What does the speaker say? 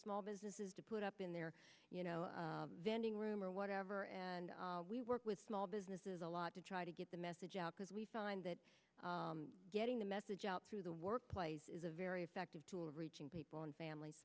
small businesses to put up in their you know vending room or whatever and we work with small businesses a lot to try to get the message out because we find that getting the message out through the workplace is a very effective tool of reaching people in famil